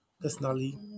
personally